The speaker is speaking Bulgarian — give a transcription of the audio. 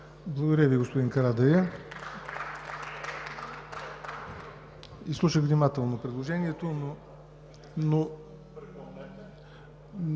Благодаря Ви, господин Карадайъ. Изслушах внимателно предложението, но